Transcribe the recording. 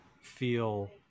feel